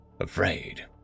afraid